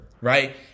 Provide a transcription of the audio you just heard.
right